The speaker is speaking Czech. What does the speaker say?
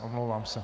Omlouvám se.